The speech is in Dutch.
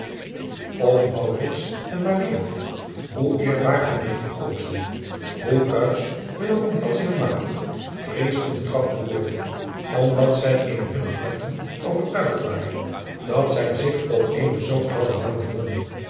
f en hoe eerbaar hunne liefkozingen hoe kuisch hunne omhelzingen waren vreesden betrapt te worden omdat zij in hunne harten overtuigd waren dat zij zich op eene zoo gladde baan bevonden